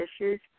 issues